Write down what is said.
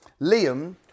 Liam